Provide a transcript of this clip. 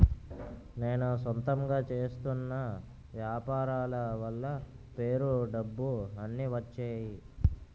నేను సొంతంగా చేస్తున్న వ్యాపారాల వల్ల పేరు డబ్బు అన్ని వచ్చేయి